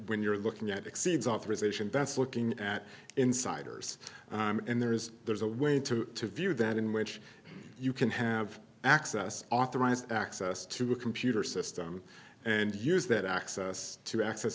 when you're looking at exceeds authorization that's looking at insiders and there's there's a way to view that in which you can have access authorized access to a computer system and use that access to access